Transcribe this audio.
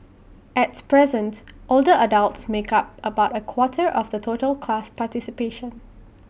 at presence older adults make up about A quarter of the total class participation